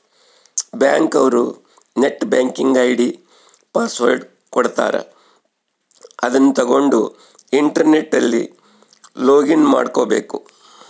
bank ಅವ್ರು net banking ID password ಕೊಡ್ತಾರ ಅದುನ್ನ ತಗೊಂಡ್ ಇಂಟರ್ನೆಟ್ ಅಲ್ಲಿ ಲೊಗಿನ್ ಮಾಡ್ಕಬೇಕು